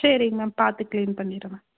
சரிங்க மேம் பார்த்து கிளீன் பண்ணிடுறேன் மேம்